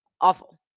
Awful